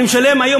אני משלם היום,